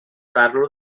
parlo